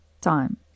time